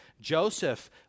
Joseph